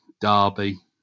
derby